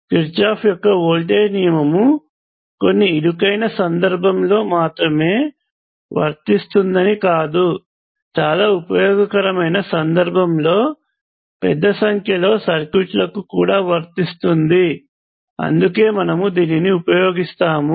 Kirchhoff యొక్క voltage నియమము కొన్ని ఇరుకైన సందర్భంలో మాత్రమే వర్తిస్తుందని కాదు చాలా ఉపయోగకరమైన సందర్భంలో పెద్ద సంఖ్యలో సర్క్యూట్లకు కూడా వర్తిస్తుంది అందుకే మనము దీనిని ఉపయోగిస్తాము